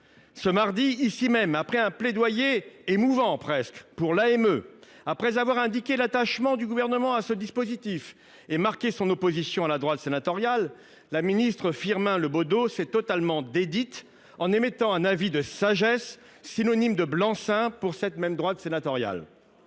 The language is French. Ce mardi, ici même, après avoir prononcé un plaidoyer émouvant, ou presque, pour l’AME, après avoir indiqué l’attachement du Gouvernement à ce dispositif, après avoir marqué son opposition à la droite sénatoriale, Mme la ministre Firmin Le Bodo s’est totalement dédite en émettant un avis de sagesse, synonyme de blanc seing pour cette même droite sénatoriale.